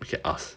we can ask